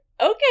okay